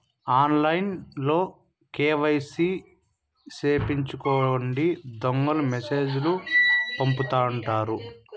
ఆన్లైన్లో కేవైసీ సేపిచ్చుకోండని దొంగలు మెసేజ్ లు పంపుతుంటారు